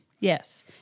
Yes